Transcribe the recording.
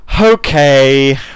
okay